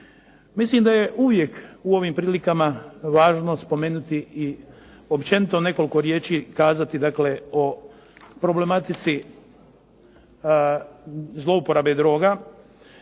Mislim da je uvijek u ovim prilikama važno spomenuti i općenito nekoliko riječi kazati o problematici zlouporabe droga